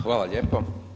hvala lijepo.